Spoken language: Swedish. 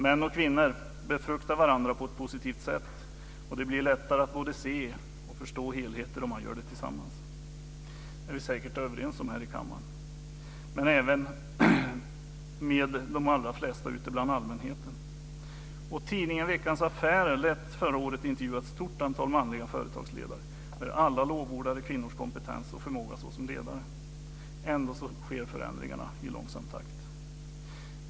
Män och kvinnor befruktar varandras arbete på ett positivt sätt, och det blir lättare att både se och förstå helheter om kvinnor och män arbetar tillsammans. Det är vi säkert överens om här i kammaren, men även med de allra flesta ute bland allmänheten. Tidningen Veckans Affärer lät förra året intervjua ett stort antal manliga företagsledare där alla lovordade kvinnors kompetens och förmåga såsom ledare. Ändå sker förändringarna i långsam takt.